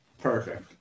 Perfect